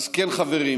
אז כן, חברים,